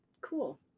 cool